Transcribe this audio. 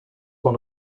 one